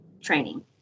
training